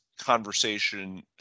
conversation